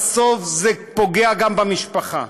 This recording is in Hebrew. בסוף זה פוגע גם במשפחה.